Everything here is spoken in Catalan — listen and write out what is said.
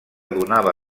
donava